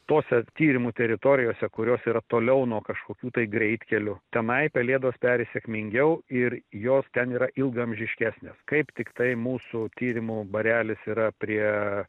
tose tyrimų teritorijose kurios yra toliau nuo kažkokių tai greitkelių tenai pelėdos peri sėkmingiau ir jos ten yra ilgaamžiškesnės kaip tiktai mūsų tyrimų barelis yra prie